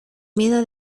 miedo